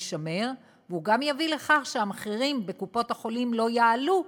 והוא גם יביא לכך שהמחירים בקופות-החולים לא יעלו,